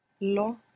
LO